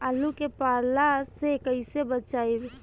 आलु के पाला से कईसे बचाईब?